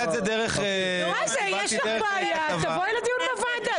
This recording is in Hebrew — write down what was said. יש לך בעיה, תבואי לדיון בוועדה.